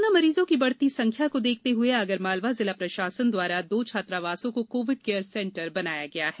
corona मरीजों की बढ़ती संख्या को देखते हुए आगरमालवा जिला प्रशासन द्वारा दो छात्रावासों को कोविड केयर सेंटर बनाया गया है